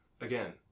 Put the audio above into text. again